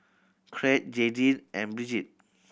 Crete Jaydin and Brigid